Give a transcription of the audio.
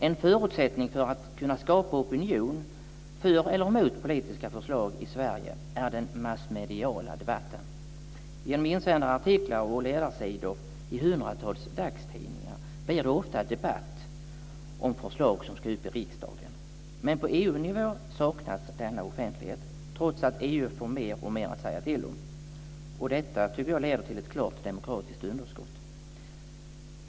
En förutsättning för att kunna skapa opinion för eller emot politiska förslag i Sverige är den massmediala debatten. Genom insändare, artiklar och ledarsidor i hundratals dagstidningar blir det ofta debatt om förslag som ska upp i riksdagen. Men på EU-nivå saknas denna offentlighet trots att EU får mer och mer att säga till om. Detta tycker jag leder till ett klart demokratiskt underskott.